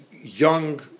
young